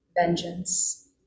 vengeance